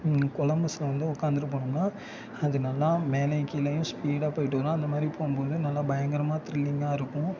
கொலம்பஸில் வந்து உட்காந்துட்டு போனோம்னா அது நல்லா மேலேயும் கீழேயும் ஸ்பீடாக போய்ட்டு வரும் அந்த மாதிரி போகும்போது நல்லா பயங்கரமாக திரில்லிங்காக இருக்கும்